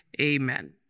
amen